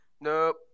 Nope